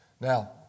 Now